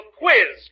quiz